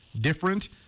different